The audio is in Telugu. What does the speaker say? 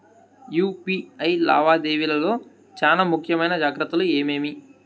యు.పి.ఐ లావాదేవీల లో చానా ముఖ్యమైన జాగ్రత్తలు ఏమేమి?